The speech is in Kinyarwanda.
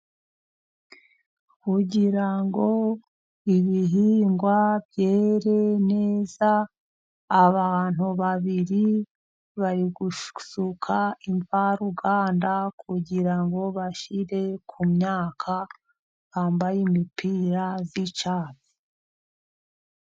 Kugirango ibihingwa byere neza abantu babiri bari gusuka imvaruganda kugirango bashyire kumyaka bambaye imipira y'icatsi.